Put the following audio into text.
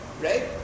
right